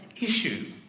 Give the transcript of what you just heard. issue